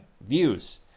views